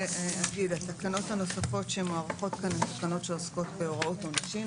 התקנות הנוספות שמוארכות כאן הן תקנות שעוסקות בהוראות העונשין.